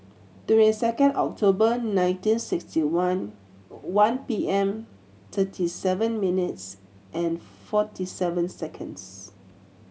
twenty second October nineteen sixty one one P M thirty seven minutes and forty seven seconds